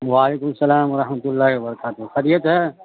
وعلیکم السلام و رحمۃ اللہ و برکاتہ خریت ہے